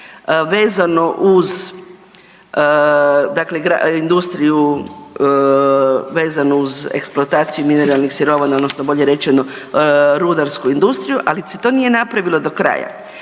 vezano uz dakle industriju vezanu uz eksploataciju mineralnih sirovina odnosno bolje rečeno rudarsku industriju, ali se to nije napravilo do kraja.